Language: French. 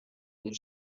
les